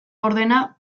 ordena